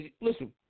Listen